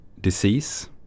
disease